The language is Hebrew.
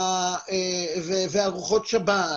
והארוחות שבת,